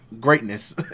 greatness